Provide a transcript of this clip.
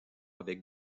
avec